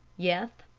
yeth,